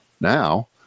now